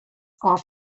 off